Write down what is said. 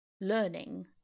learning